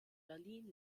berlin